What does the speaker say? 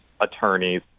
attorneys